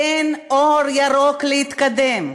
תן אור ירוק להתקדם.